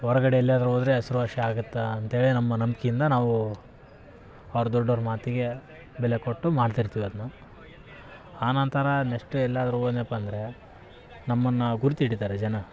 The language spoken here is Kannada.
ಹೊರಗಡೆ ಎಲ್ಲಿಯಾದ್ರೂ ಹೋದರೆ ಹೆಸ್ರ್ವಾಸಿ ಆಗತ್ತೆ ಅಂತೇಳಿ ನಮ್ಮ ನಂಬ್ಕಿಯಿಂದ ನಾವು ಅವ್ರು ದೊಡ್ಡವ್ರ ಮಾತಿಗೆ ಬೆಲೆ ಕೊಟ್ಟು ಮಾಡ್ತಿರ್ತೀವಿ ಅದನ್ನ ಆ ನಂತರ ನೆಸ್ಟ್ ಎಲ್ಲಾದ್ರೂ ಹೋದ್ನೆಪ್ಪ ಅಂದರೆ ನಮ್ಮನ್ನು ಗುರ್ತು ಹಿಡಿತಾರೆ ಜನ